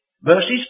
verses